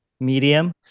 medium